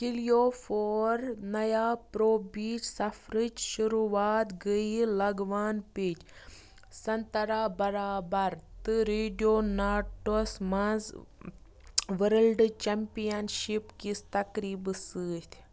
California پرو بیچ سفرٕچ شروٗعات گٔیہِ لگوان پیٹ سنترا برابر تہٕ ریڈیو ناٹوَس منٛز ؤرلڈ چیمپین شِپ کِس تقریٖبہٕ سۭتۍ